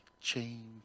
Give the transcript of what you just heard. change